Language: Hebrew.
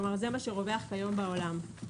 זה מה שרווח היום בעולם.